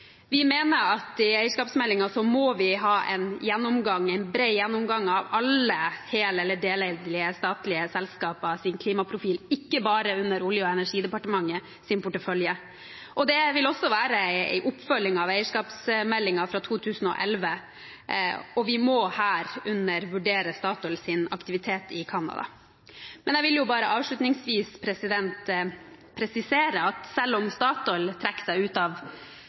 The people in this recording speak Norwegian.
det mener vi. Vi mener at i eierskapsmeldingen må vi ha en bred gjennomgang av alle hel- eller deleide statlige selskapers klimaprofil, ikke bare under Olje- og energidepartementets portefølje. Det vil også være en oppfølging av eierskapsmeldingen fra 2011, og vi må herunder vurdere Statoils aktivitet i Canada. Jeg vil bare avslutningsvis presisere at selv om Statoil trekker seg ut av